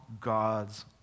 God's